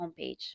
homepage